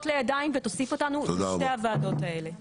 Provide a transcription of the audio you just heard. לידיים ותוסיף אותנו לשתי הוועדות האלה.